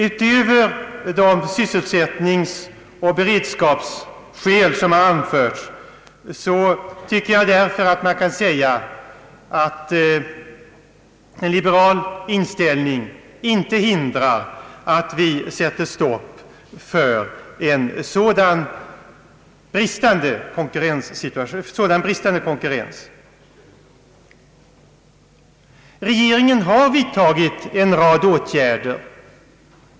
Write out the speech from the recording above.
Utöver de sysselsättningsoch beredskapsskäl som har anförts tycker jag därför att man kan säga att en liberal inställning inte hindrar att vi sätter stopp för en sådan bristande konkurrens. Regeringen har vidtagit en rad åtgärder.